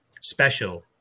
special